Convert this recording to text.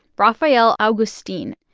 rafael agustin.